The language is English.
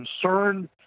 concerned